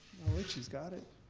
she's got it.